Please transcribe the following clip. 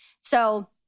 So-